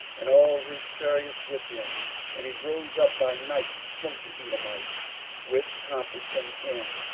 and all his chariots with him and he rose up by night, and smote the edomites which compassed him in,